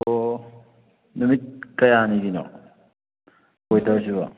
ꯑꯣ ꯅꯨꯃꯤꯠ ꯀꯌꯥꯅꯤꯒꯤꯅꯣ ꯑꯣꯏꯗꯣꯏꯁꯤꯕꯣ